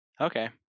okay